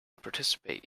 participate